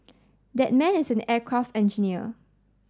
that man is an aircraft engineer